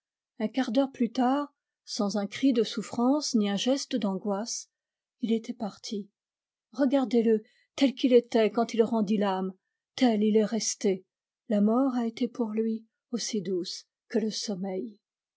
un quart d'heure plus tard sans un cri de souffrance ni un geste d'angoisse il était parti regardez-le tel il était quand il rendit l'âme tel il est resté la mort a été pour lui aussi douce que le sommeil